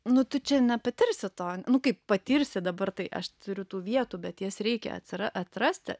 nu tu čia nepatirsi to kaip patirsi dabar tai aš turiu tų vietų bet jas reikia atsira atrasti